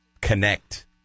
connect